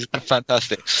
fantastic